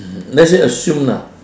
let's say assume lah